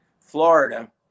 Florida